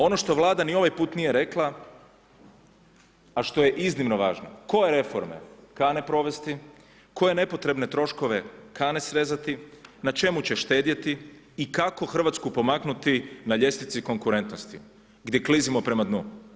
Ono što Vlada ni ovaj put nije rekla, a što je iznimno važno, koje reforme kane provesti, koje nepotrebne troškove kane srezati, na čemu će štedjeti i kako Hrvatsku pomaknuti na ljestvici konkurentnosti gdje klizimo prema dnu.